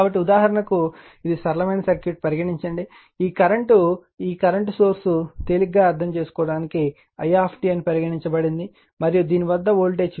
కాబట్టి ఉదాహరణకు ఇది సరళమైన సర్క్యూట్ అని పరిగణించండి ఈ కరెంట్ ఈ కరెంట్ సోర్స్ తేలికగా అర్థం చేసుకోవటానికి i అని పరిగణించబడింది మరియు దీని వద్ద వోల్టేజ్